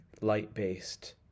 light-based